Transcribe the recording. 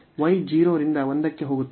y 0 ರಿಂದ 1 ಕ್ಕೆ ಹೋಗುತ್ತದೆ